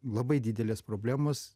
labai didelės problemos